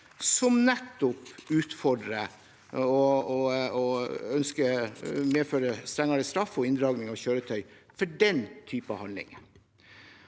som utfordrer, og som medfører strengere straff og inndragning av kjøretøy for den typen handlinger.